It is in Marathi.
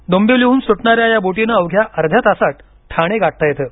डोंबिवलीहून सुटणाऱ्या या बोटीनं अवघ्या अर्ध्या तासात ठाणे गाठता येतं